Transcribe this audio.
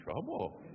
trouble